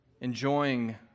enjoying